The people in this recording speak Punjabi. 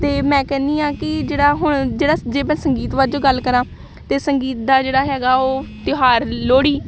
ਅਤੇ ਮੈਂ ਕਹਿੰਦੀ ਹਾਂ ਕਿ ਜਿਹੜਾ ਹੁਣ ਜਿਹੜਾ ਜੇ ਮੈਂ ਸੰਗੀਤ ਵਜੋਂ ਗੱਲ ਕਰਾਂ ਤਾਂ ਸੰਗੀਤ ਦਾ ਜਿਹੜਾ ਹੈਗਾ ਉਹ ਤਿਉਹਾਰ ਲੋਹੜੀ